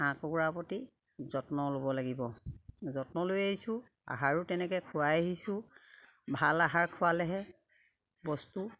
হাঁহ কুকুৰাৰ প্ৰতি যত্ন ল'ব লাগিব যত্ন লৈ আহিছোঁ আহাৰো তেনেকে খোৱাই আহিছোঁ ভাল আহাৰ খোৱালেহে বস্তু